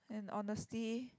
and honestly